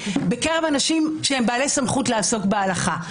בקרב אנשים שהם בעלי סמכות לעסוק בהלכה.